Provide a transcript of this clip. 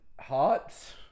Hearts